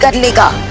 and